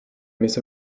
miss